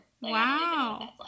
wow